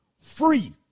free